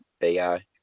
AI